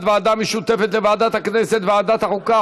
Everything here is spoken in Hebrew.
ועדה משותפת לוועדת הכנסת ולוועדת החוקה,